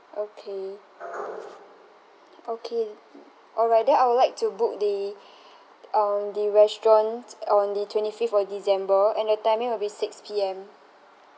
okay okay all right then I would like to book the um the restaurant on the twenty fifth of december and the timing will be six P_M